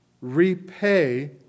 repay